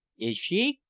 is she?